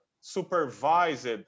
supervised